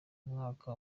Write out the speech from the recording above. mwaka